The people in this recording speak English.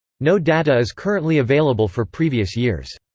no data is currently available for previous years.